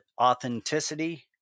authenticity